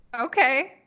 Okay